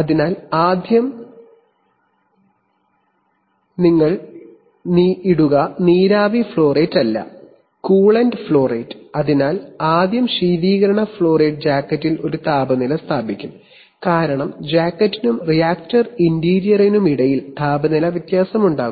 അതിനാൽ ആദ്യം ആദ്യം നിങ്ങൾ ഇടുക നീരാവി ഫ്ലോ റേറ്റ് അല്ല കൂളന്റ് ഫ്ലോ റേറ്റ് അതിനാൽ ആദ്യം ശീതീകരണ ഫ്ലോ റേറ്റ് ജാക്കറ്റിൽ ഒരു താപനില സ്ഥാപിക്കും കാരണം ജാക്കറ്റിനും റിയാക്റ്റർ ഇന്റീരിയറിനുമിടയിൽ താപനില വ്യത്യാസമുണ്ടാകും